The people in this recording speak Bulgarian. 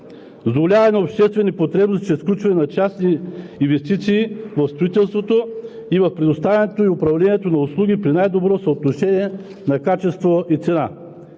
задоволяване на обществени потребности чрез включване на частни инвестиции в строителството и в предоставянето и управлението на услуги при най-добро съотношение на качество и цена;